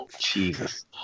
Jesus